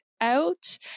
out